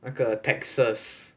那个 taxes